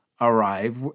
arrive